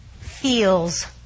feels